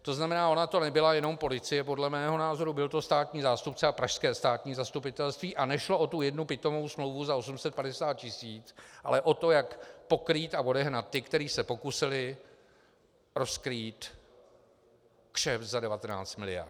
To znamená, ona to nebyla jenom policie podle mého názoru, byl to státní zástupce a pražské státní zastupitelství a nešlo o tu jednu pitomou smlouvu za 850 tis., ale o to, jak pokrýt a odehnat ty, kteří se pokusili rozkrýt kšeft za 19 mld.